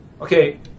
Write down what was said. Okay